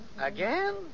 Again